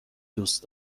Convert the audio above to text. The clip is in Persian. دوست